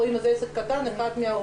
או אם זה עסק קטן את עצמו,